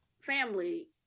family